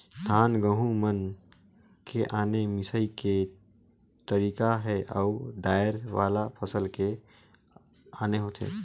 धान, गहूँ मन के आने मिंसई के तरीका हे अउ दायर वाला फसल के आने होथे